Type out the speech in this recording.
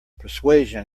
persuasion